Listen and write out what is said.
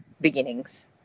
beginnings